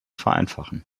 vereinfachen